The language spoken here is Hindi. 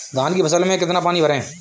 धान की फसल में कितना पानी भरें?